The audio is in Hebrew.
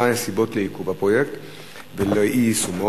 מהן הסיבות לעיכוב הפרויקט ולאי-יישומו?